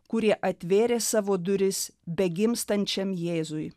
kurie atvėrė savo duris begimstančiam jėzui